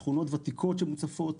שכונות ותיקות מוצפות,